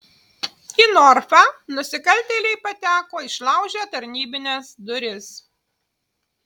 į norfą nusikaltėliai pateko išlaužę tarnybines duris